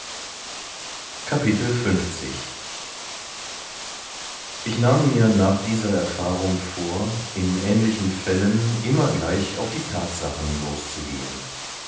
ich nahm mir nach dieser erfahrung vor in ähnlichen fällen immer gleich auf die tatsachen loszugehen